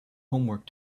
homework